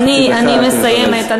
אני מסיימת.